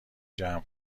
جمع